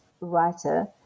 writer